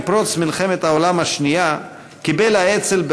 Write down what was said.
עם פרוץ מלחמת העולם השנייה קיבל האצ"ל,